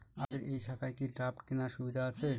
আপনাদের এই শাখায় কি ড্রাফট কেনার সুবিধা আছে?